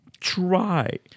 try